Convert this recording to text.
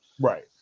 right